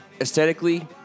Aesthetically